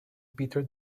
peter